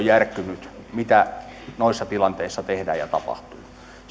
järkkyneen henkilön kohdalla noissa tilanteissa tehdään ja tapahtuu sitten